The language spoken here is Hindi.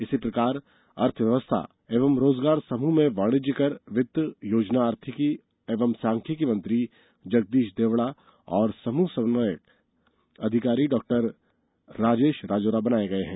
इसी प्रकार अर्थव्यवस्था एवं रोजगार समूह में वाणिज्यिक कर वित्त योजना आर्थिक एवं सांख्यिकी मंत्री जगदीश देवड़ा और समूह समन्वयक अधिकारी डॉ राजेश राजौरा बनाए गए हैं